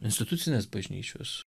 institucinės bažnyčios